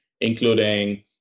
including